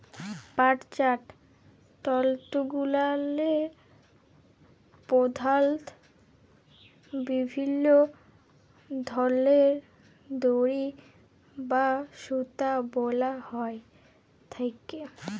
পাটজাত তলতুগুলাল্লে পধালত বিভিল্ল্য ধরলের দড়ি বা সুতা বলা হ্যঁয়ে থ্যাকে